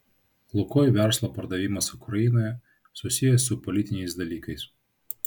lukoil verslo pardavimas ukrainoje susijęs su politiniais dalykais